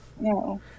No